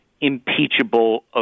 impeachable